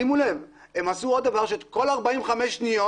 שימו לב, הם עשו עוד דבר שכל 45 שניות,